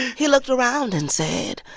he looked around and said,